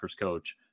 coach